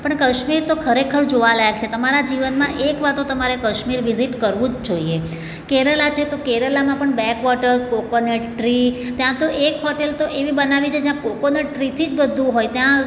પણ કશ્મીર તો ખરેખર જોવાલાયક છે તમારા જીવનમાં એક વાર તો તમારે કશ્મીર વિઝિટ કરવું જ જોઈએ કેરલા છે તો કેરલામાં પણ બેકવોટર્સ કોકોનટ ટ્રી ત્યાં તો એક હોટેલ તો એવી બનાવી છે જ્યાં કોકોનટ ટ્રીથી જ બધું હોય ત્યાં